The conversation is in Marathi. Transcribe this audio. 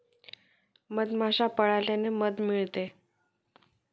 मधमाश्या पाळल्याने मध मिळते